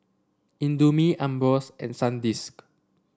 Indomie Ambros and Sandisk